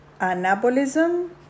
anabolism